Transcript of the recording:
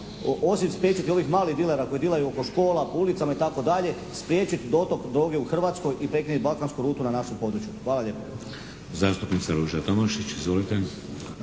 osim spriječiti ovih malih dilera koji dilaju oko škola, po ulicama, itd., spriječiti dotok droge u Hrvatskoj i prekiniti Balkansku rutu na našem području. Hvala lijepo. **Šeks, Vladimir (HDZ)**